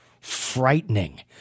frightening